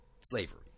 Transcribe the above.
slavery